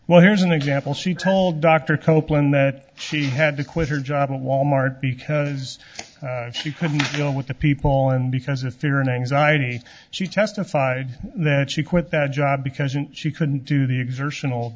well here's an example she told dr copeland that she had to quit her job at wal mart because she couldn't deal with the people and because of fear and anxiety she testified that she quit that job because she couldn't do the exertion